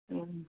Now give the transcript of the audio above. ꯎꯝ